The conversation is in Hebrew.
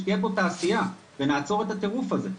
שתהיה פה תעשייה ונעצור את הטירוף הזה,